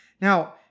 Now